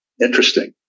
Interesting